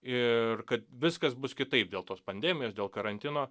ir kad viskas bus kitaip dėl tos pandemijos dėl karantino